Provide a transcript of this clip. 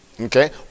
Okay